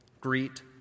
Greet